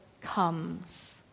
comes